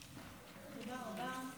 תודה רבה.